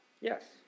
Yes